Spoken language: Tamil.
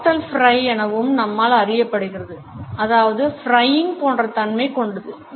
Glottal fry எனவும் நம்மால் அறியப்படுகிறது அதாவது frying போன்ற தன்மை கொண்டது